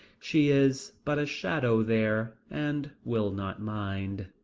she is but a shadow there, and will not mind.